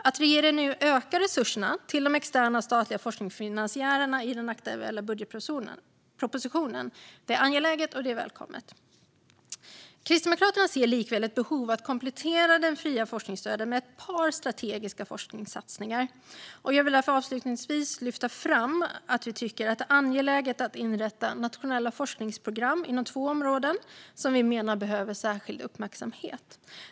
Att regeringen nu ökar resurserna till de externa statliga forskningsfinansiärerna i den aktuella budgetpropositionen är angeläget och välkommet. Kristdemokraterna ser likväl ett behov av att komplettera det fria forskningsstödet med ett par strategiska forskningssatsningar. Jag vill därför avslutningsvis lyfta fram att vi tycker att det är angeläget att inrätta nationella forskningsprogram inom två områden som vi menar behöver särskild uppmärksamhet.